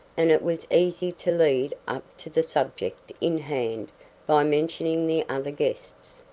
and it was easy to lead up to the subject in hand by mentioning the other guests.